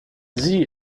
see